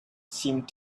seemed